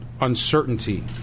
uncertainty